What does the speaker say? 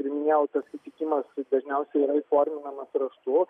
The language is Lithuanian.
ir minėjau tas susitikimas dažniausiai yra įforminamas raštu